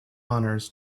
honors